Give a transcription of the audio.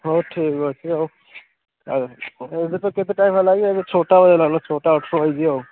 ହଉ ଠିକ୍ ଅଛି ଆଉ ଏବେ ତ କେତେ ଟାଇମ୍ ହେଲା କି ଏବେ ଛଅଟା ବାଜିଲା ନ ଛଅଟା ଅଠର ହେଇଛି ଆଉ